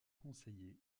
conseillers